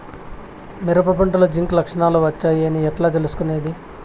మిరప పంటలో జింక్ లక్షణాలు వచ్చాయి అని ఎట్లా తెలుసుకొనేది?